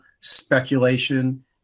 speculation